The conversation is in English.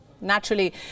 Naturally